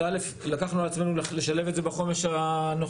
אז א' לקחנו על עצמנו לשלב את זה בחומש הנוכחי,